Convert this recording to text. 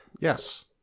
Yes